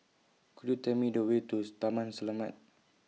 Could YOU Tell Me The Way to Taman Selamat